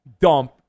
dump